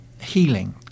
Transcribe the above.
healing